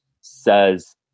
says